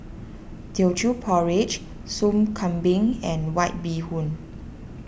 Teochew Porridge Soup Kambing and White Bee Hoon